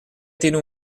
tienen